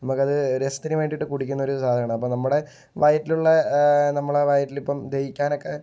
നമ്മൾക്കത് രസത്തിന് വേണ്ടിയിട്ട് കുടിക്കുന്നൊരു സാധനമാണ് അപ്പോൾ നമ്മുടെ വയറ്റിലുള്ള നമ്മളെ വയറ്റിലിപ്പോൾ ദഹിക്കാനൊക്കെ